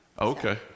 Okay